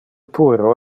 puero